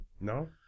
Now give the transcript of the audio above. No